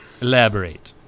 Elaborate